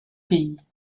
pays